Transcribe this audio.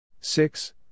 Six